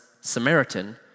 Samaritan